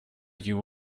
you